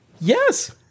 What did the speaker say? Yes